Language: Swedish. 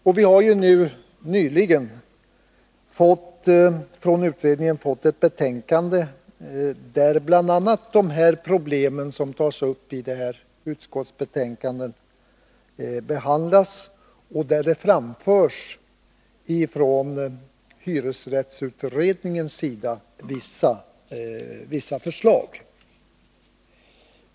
Och nu har vi nyligen från utredningen fått ett betänkande, där bl.a. de problem som tas upp i utskottsbetänkandet behandlas och där hyresrättsutredningen framlägger vissa förslag.